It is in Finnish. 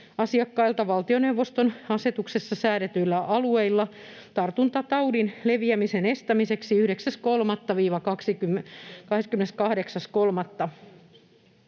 asiakkailta valtioneuvoston asetuksessa säädetyillä alueilla tartuntataudin leviämisen estämiseksi 9.3.—28.3.2021.